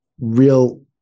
real